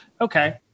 okay